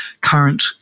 current